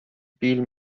بیل